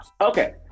Okay